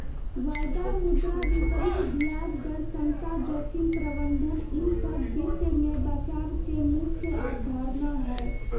वायदा, मुद्रा विकल्प, ब्याज दर समता, जोखिम प्रबंधन ई सब वित्त मे बचाव के मुख्य अवधारणा हय